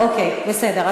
בסדר,